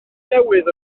newydd